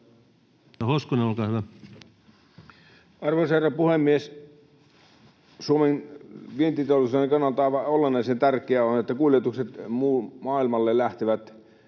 Arvoisa herra puhemies! Suomen vientiteollisuuden kannalta aivan olennaisen tärkeää on, että kuljetukset maailmalle lähtevät